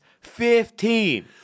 Fifteen